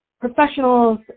professionals